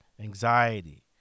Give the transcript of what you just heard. anxiety